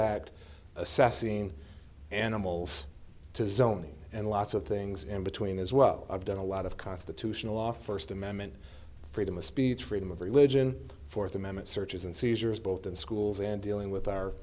act assessing animals to zoning and lots of things in between as well i've done a lot of constitutional law first amendment freedom of speech freedom of religion fourth amendment searches and seizures both in schools and dealing with our